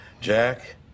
Jack